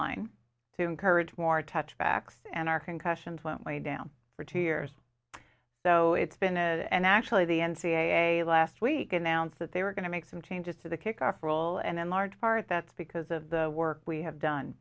line to encourage more touchbacks and our concussions went way down for two years though it's been it and actually the n c a a last week announced that they were going to make some changes to the kickoff role and in large part that's because of the work we have done